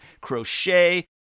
Crochet